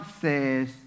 says